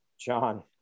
John